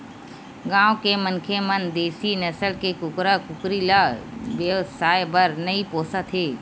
गाँव के मनखे मन देसी नसल के कुकरा कुकरी ल बेवसाय बर नइ पोसत हे